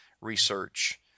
research